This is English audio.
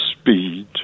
speed